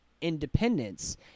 independence